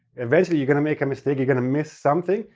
eventually, you're going to make a mistake, you're going to miss something,